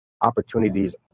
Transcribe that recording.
opportunities